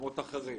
במקומות אחרים.